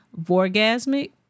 VORGASMIC